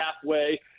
halfway